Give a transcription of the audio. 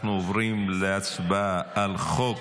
אנחנו עוברים להצבעה על חוק